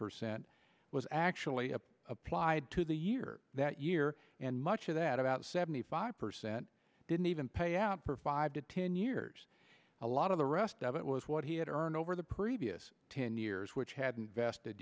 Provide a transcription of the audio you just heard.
percent was actually applied to the year that year and much of that about seventy five percent didn't even payout for five to ten years a lot of the rest of it was what he had earned over the previous ten years which hadn't vested